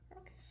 Okay